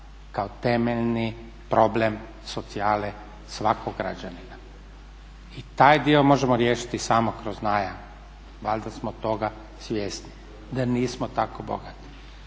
kao temeljni problem socijale svakog građanina. I taj dio možemo riješiti samo kroz najam, valjda smo toga svjesni da nismo tako bogati.